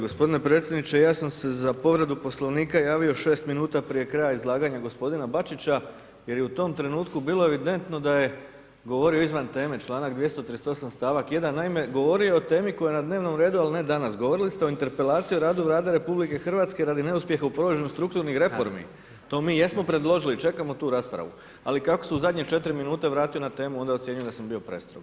g. Predsjedniče, ja sam se za povredu Poslovnika javio 6 minuta prije kraja izlaganja g. Bačića jer je u tom trenutku bilo evidentno da je govorio izvan teme čl. 238. st. 1. Naime, govorio je o temi koja je na dnevnom redu, al ne danas, govorili ste o interpelaciji, o radu Vlade RH radi neuspjeha u položenost strukturnih reformi, to mi jesmo predložili, čekamo tu raspravu, ali kako se u zadnje 4 minute vratio na temu, onda ocjenjujem da sam bio prestrog.